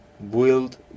build